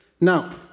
Now